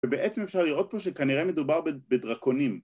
ובעצם אפשר לראות פה שכנראה מדובר בדרקונים